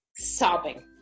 sobbing